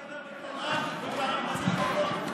אתה יכול לדבר בקול רם?